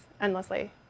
endlessly